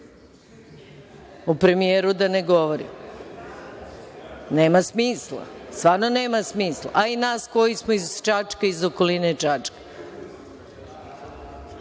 o premijeru da ne govorim. Nema smisla. Stvarno nema smisla, a i nas koji smo iz Čačka, iz okoline Čačka.